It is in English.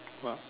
what